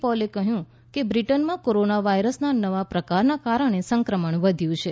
પોલે કહ્યું કે બ્રિટનમાં કોરોના વાયરસના નવા પ્રકારના કારણે સંક્રમણ વધ્યું છે